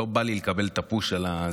לא בא לי לקבל את הפוש של,